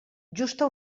justa